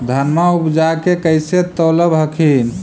धनमा उपजाके कैसे तौलब हखिन?